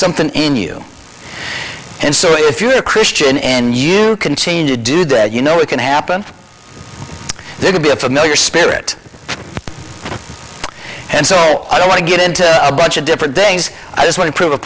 something in you and so if you are a christian and you continue to do that you know it can happen there will be a familiar spirit and so i don't want to get into a bunch of different things i just want to prove a